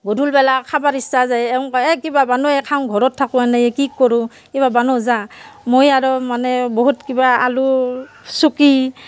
গধূলিবেলা খাব ইচ্ছা যায় এও কয় এই কিবা বানোৱা খাওঁ ঘৰত থাকোঁ এনেই কি কৰোঁ কিবা বানোৱা যোৱা মই আৰু মানে বহুত কিবা আলুৰ চুকি